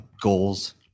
goals